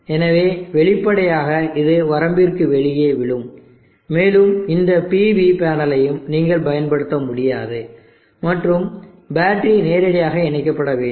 எனவே வெளிப்படையாக இது வரம்பிற்கு வெளியே விழும் மேலும் இந்த PV பேனலையும் நீங்கள் பயன்படுத்த முடியாது மற்றும் பேட்டரி நேரடியாக இணைக்கப்பட வேண்டும்